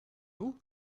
vous